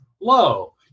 low